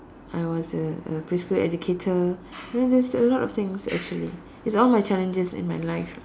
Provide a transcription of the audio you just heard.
I was a a preschool educator then there's a lot of things actually it's all my challenges in my life